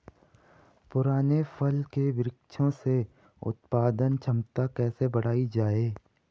पुराने फल के वृक्षों से उत्पादन क्षमता कैसे बढ़ायी जाए?